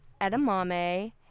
edamame